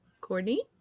Courtney